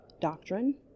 doctrine